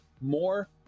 more